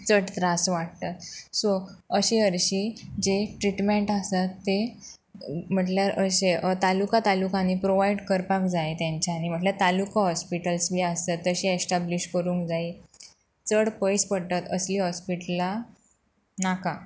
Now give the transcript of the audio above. चड त्रास वाडटात सो अशी हरशीं जे ट्रिटमँट आसत ते म्हटल्यार अशे तालुका तालुकांनी प्रोवायड करपाक जाय तेंच्यांनी म्हटल्यार तालुको हॉस्पिटल्स बी आसत तशी ऍश्टाब्लीश करूंक जायी चड पयस पडटात असलीं हॉस्पिटलां नाका